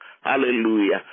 Hallelujah